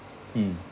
mm